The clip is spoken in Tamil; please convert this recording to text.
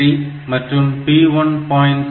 3 மற்றும் P1